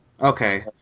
Okay